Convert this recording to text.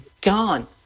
gone